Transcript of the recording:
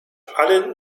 allen